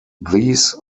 these